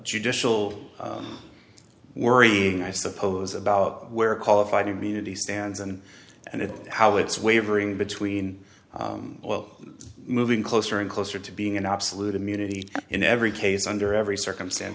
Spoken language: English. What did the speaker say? judicial worrying i suppose about where qualified immunity stands and and how it's wavering between moving closer and closer to being an absolute immunity in every case under every circumstance